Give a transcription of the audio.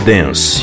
Dance